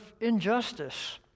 injustice